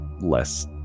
less